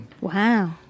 Wow